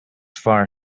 far